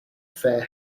fair